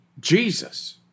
Jesus